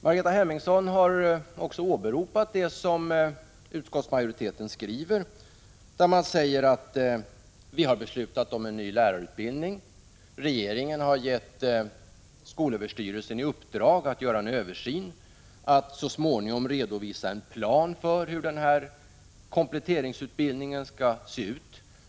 Margareta Hemmingsson har också åberopat det som utskottsmajoriteten skriver: Man har beslutat om en ny lärarutbildning. Regeringen har gett skolöverstyrelsen i uppdrag att göra en översyn och att så småningom redovisa en plan för hur denna kompletteringsutbildning skall se ut.